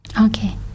okay